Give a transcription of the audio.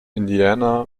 indiana